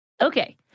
Okay